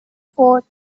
fort